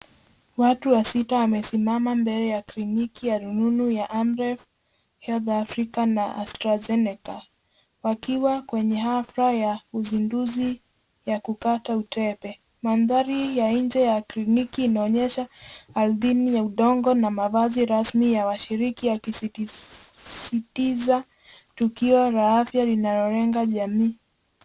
Watu wasita wamesimama mbele ya kliniki ya rununu ya Amref Health Africa na Astrazenic wakiwa kwenye hafla ya uzinduzi ya kukata utepe. Mandhari ya nje ya kliniki inaonyesha ardhini ya udongo na mavazi rasmi ya washiriki yakisisitiza tukio la afya linalolenga jamii.